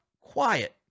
Quiet